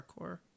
parkour